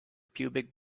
pubic